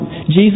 Jesus